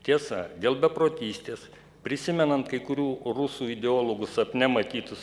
tiesa dėl beprotystės prisimenant kai kurių rusų ideologų sapne matytus